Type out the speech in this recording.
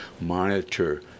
monitor